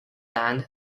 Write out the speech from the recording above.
land